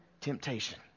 temptation